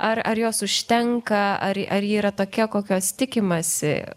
ar ar jos užtenka ar ar ji yra tokia kokios tikimasi